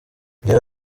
yari